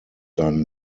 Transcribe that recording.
dann